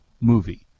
movie